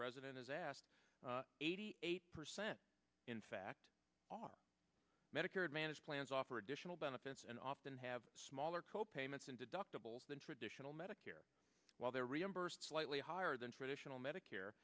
president is asked eighty eight percent in fact medicare advantage plans offer additional benefits and often have smaller co payments and deductibles than traditional medicare while they're reimbursed slightly higher than traditional medicare